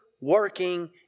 working